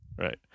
Right